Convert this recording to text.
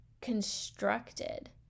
constructed